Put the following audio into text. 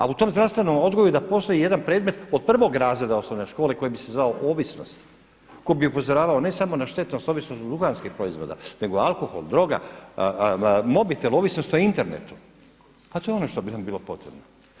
A u tom zdravstvenom odgoju da postoji jedan predmet od 1. razreda osnovne škole koji bi se zvao ovisnost, koji bi upozoravao ne samo na štetnost ovisnosti od duhanskih proizvoda, nego alkohol, droga, mobitel, ovisnost o internetu, pa to je ono što bi nam bilo potrebno.